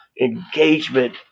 engagement